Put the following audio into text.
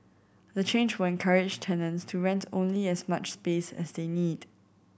the change will encourage tenants to rent only as much space as they need